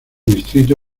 distrito